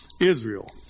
Israel